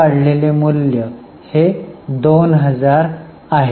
भंगार मूल्य 2000 आहे